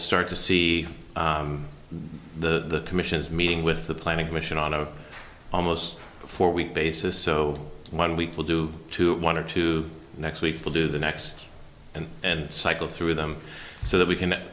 start to see the commission's meeting with the planning commission on a almost four week basis so one week will do two one or two next week to do the next and cycle through them so that we can at